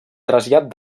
trasllat